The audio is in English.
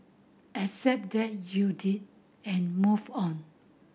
accept that you did and move on